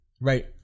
Right